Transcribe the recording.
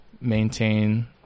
maintain